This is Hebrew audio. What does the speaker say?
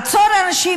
אפשר לעצור אנשים.